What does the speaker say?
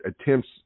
attempts